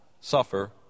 suffer